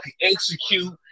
execute